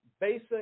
basic